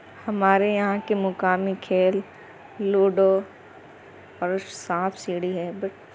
ہمارے یہاں کے مقامی کھیل لوڈو اور سانپ سیڑھی ہے بٹ